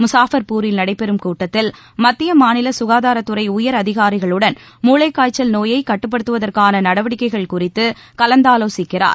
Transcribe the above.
முகாபர்பூரில் நடைபெறும் கூட்டத்தில் மத்திய மாநில குகாதாரத்துறை உயர்அதிகாரிகளுடன் மூளைக் காய்ச்சல் நோயை கட்டுப்படுத்துவதற்காள நடவடிக்கைகள் குறித்து கலந்து ஆலோசிக்கிறார்